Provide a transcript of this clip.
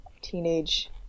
teenage